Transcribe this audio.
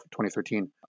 2013